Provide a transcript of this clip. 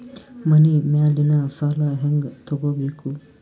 ಮನಿ ಮೇಲಿನ ಸಾಲ ಹ್ಯಾಂಗ್ ತಗೋಬೇಕು?